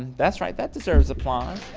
that's right that deserves applause.